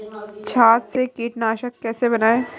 छाछ से कीटनाशक कैसे बनाएँ?